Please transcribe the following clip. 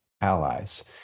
allies